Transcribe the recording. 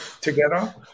together